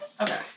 Okay